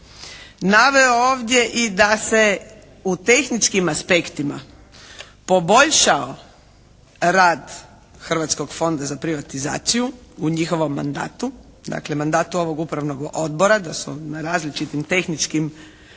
Naveo je ovdje i da se u tehničkim aspektima poboljšao rad Hrvatskog fonda za privatizaciju u njihovom mandatu, dakle mandatu ovog Upravnog odbora da su na različitim tehničkim